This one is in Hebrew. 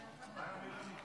אין מתנגדים,